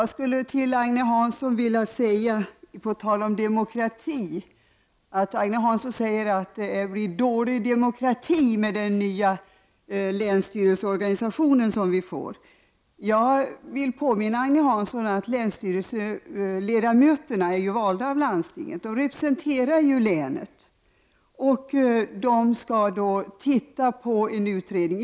Herr talman! Agne Hansson sade att demokratin blir bristfällig genom den nya länsstyrelseorganisation som förestår. Jag vill påminna Agne Hansson om att länsstyrelseledamöterna ju är valda av landstinget. De representerar länet och deskall nu ta del av en utredning.